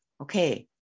okay